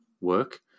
work